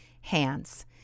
hands